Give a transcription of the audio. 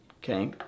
okay